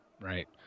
right